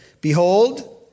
Behold